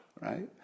right